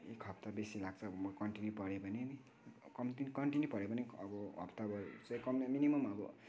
एक हप्ता बेसी लाग्छ म कन्टिन्यू पढेँ भने पनि कन्टिन्यु पढेँ भने एक हप्ताभर कम मिनिमम् अब